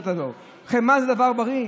חמאה זה דבר בריא?